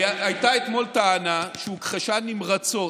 הייתה אתמול טענה, שהוכחשה נמרצות,